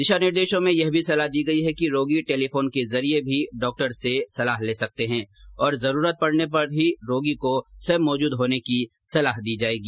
दिशा निर्देशों में यह भी सलाह दी गई है कि रोगी टेलीफोन के जरिये भी डॉक्टर से सलाह ले सकते है और जरूरत पडने पर ही रोगी को स्वयं मौजूद होने की सलाह दी जायेगी